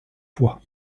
fois